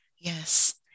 Yes